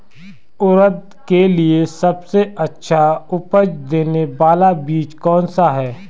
उड़द के लिए सबसे अच्छा उपज देने वाला बीज कौनसा है?